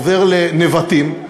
עובר לנבטים,